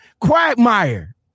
Quagmire